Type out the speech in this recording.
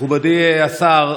מכובדי השר,